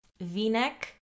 V-neck